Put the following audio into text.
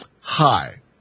Hi